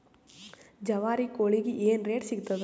ಜವಾರಿ ಕೋಳಿಗಿ ಏನ್ ರೇಟ್ ಸಿಗ್ತದ?